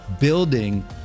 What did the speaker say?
building